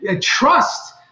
trust